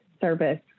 service